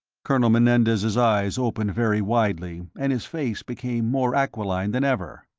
colonel menendez's eyes opened very widely, and his face became more aquiline than ever.